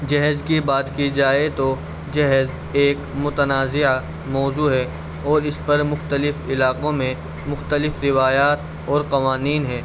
جہیز کی بات کی جائے تو جہیز ایک متنازعہ موضوع ہے اور اس پر مقتلف علاقوں میں مختلف روایات اور قوانین ہیں